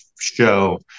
show